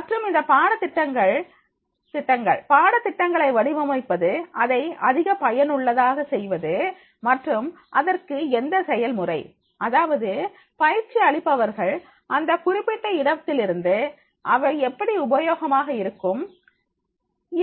மற்றும் இந்த பாடத்திட்டங்கள் பாடத்திட்டங்களை வடிவமைப்பது அதை அதிக பயனுள்ளதாக செய்வது மற்றும் அதற்கு எந்த செயல் முறை அதாவது பயிற்சி அளிப்பவர்கள் அந்தக் குறிப்பிட்ட இடத்திலிருந்து அவை எப்படி உபயோகமாக இருக்கும்